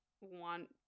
want